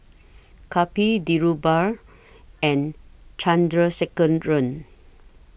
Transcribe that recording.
Kapil Dhirubhai and Chandrasekaran